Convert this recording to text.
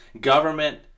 government